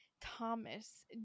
Thomas